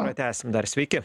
pratęsim dar sveiki